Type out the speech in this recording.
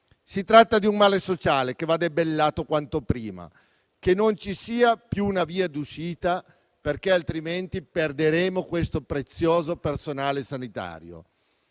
Si tratta di un male sociale che va debellato quanto prima. Che non ci sia più una via d'uscita, altrimenti perderemo il prezioso personale sanitario.